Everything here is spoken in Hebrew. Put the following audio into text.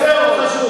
זה התנהל יפה מאוד.